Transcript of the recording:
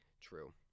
True